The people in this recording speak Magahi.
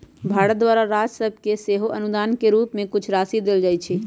भारत द्वारा राज सभके सेहो अनुदान के रूप में कुछ राशि देल जाइ छइ